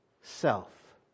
self